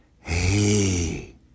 Hey